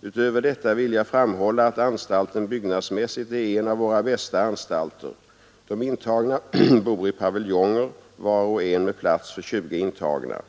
Utöver detta vill jag framhålla att anstalten byggnadsmässigt är en av våra bästa anstalter. De intagna bor i paviljonger, var och en med plats för 20 intagna.